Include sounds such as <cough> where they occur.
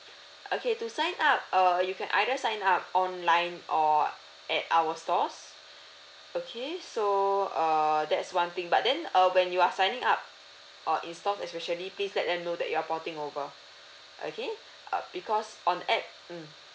okay to sign up uh you can either sign up online or at our stores <breath> okay so err that's one thing but then uh when you are signing up uh in stores especially please let them know that you are porting over okay uh because on add mm